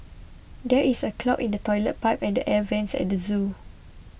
there is a clog in the Toilet Pipe and the Air Vents at the zoo